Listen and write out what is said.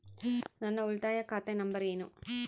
ನನ್ನ ಉಳಿತಾಯ ಖಾತೆ ನಂಬರ್ ಏನು?